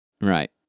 right